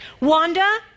Wanda